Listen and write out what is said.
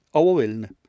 overvældende